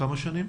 בכמה שנים?